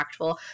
impactful